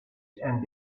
and